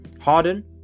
Harden